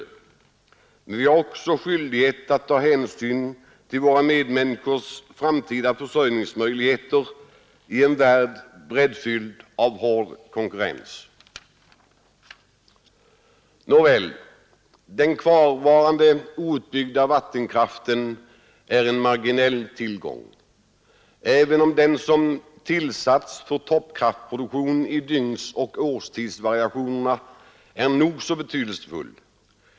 Men vi har också skyldighet att ta hänsyn till våra medmänniskors framtida försörjningsmöjligheter i en värld bräddfylld av hård konkurrens. Nåväl — den kvarvarande outbyggda vattenkraften är en marginell tillgång även om den som tillsats för toppkraftproduktion i dygnsoch årtidsvariationerna är nog så betydelsefull.